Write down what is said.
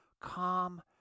calm